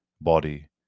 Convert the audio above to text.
body